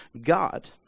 God